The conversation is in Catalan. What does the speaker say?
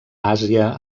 àsia